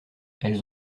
elles